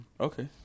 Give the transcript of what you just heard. Okay